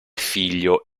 figlio